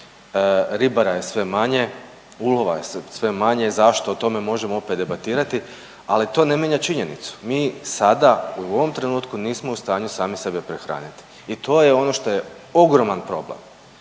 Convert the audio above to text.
ribara je sve manje, ulova je sve manje. Zašto? O tome možemo opet debatirati ali to ne mijenja činjenicu. Mi sada u ovom trenutku nismo u stanju sami sebe prehraniti i to je ono što je ogroman problem,